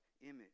image